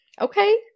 Okay